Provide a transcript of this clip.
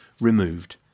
removed